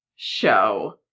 show